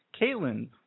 Caitlin